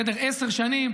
עשר שנים,